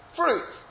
fruit